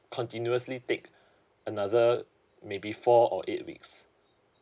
continuously take another maybe four or eight weeks